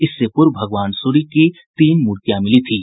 इससे पूर्व भगवान सूर्य की तीन मूर्तियां मिली थीं